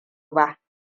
ba